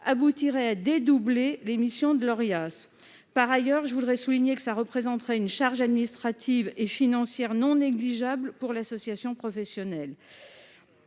aboutirait à dédoubler les missions de l'Orias. Par ailleurs, je souligne que cela représenterait une charge administrative et financière non négligeable pour l'association professionnelle.